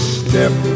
step